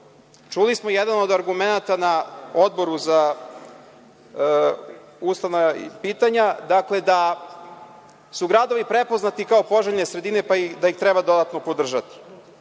Čuli smo jedan od argumenata na Odboru za ustavna pitanja da su gradovi prepoznati kao poželjne sredine, pa da ih treba dodatno podržati.